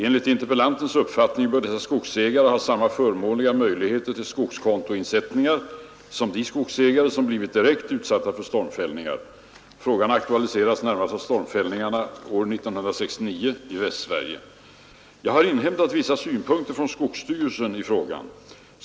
Enligt interpellantens uppfattning bör dessa skogsägare ha samma förmånliga möjligheter till skogskontoinsättningar som de skogsägare som blivit direkt utsatta för stormfällningar. Frågan aktualiseras närmast av stormfällningarna år 1969 i Västsverige. Jag har inhämtat vissa synpunkter från skogsstyrelsen i frågan.